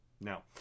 Now